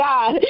God